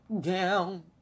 down